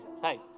hey